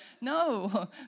No